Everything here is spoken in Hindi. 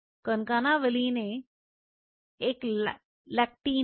कॉनकाना वेलिन ए एक लेक्टिन कहा जाता है